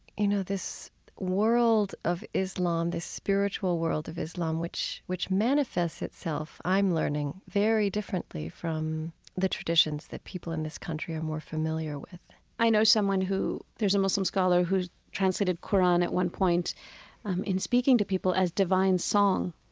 you know, this world of islam, this spiritual world of islam which which manifests itself, i'm learning, very differently from the traditions that people in this country are more familiar with i know someone who there's a muslim scholar, who's translated qur'an at one point in speaking to people as divine song.